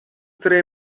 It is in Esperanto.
tre